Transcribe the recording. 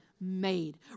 made